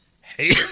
Hey